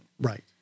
Right